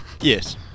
Yes